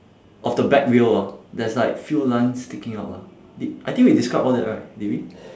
of the back wheel ah there's like few lines sticking out lah di~ I think we described all that right did we